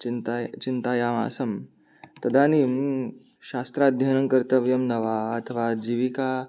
चिन्ता चिन्तायाम् आसं तदानीं शास्त्राध्ययनं कर्तव्यं न वा अथवा जीविका